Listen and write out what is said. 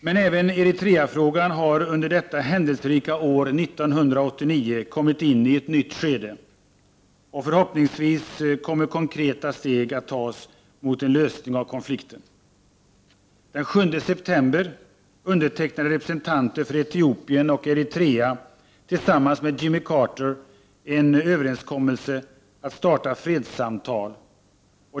Men även Eritreafrågan har under detta händelserika år 1989 kommit in i ett nytt skede, och förhoppningsvis kommer konkreta steg att tas mot en lösning av konflikten. Den 7 september undertecknade representanter för Etiopien och Eritrea tillsammans med Jimmy Carter en överenskommelse om att starta fredssamtal.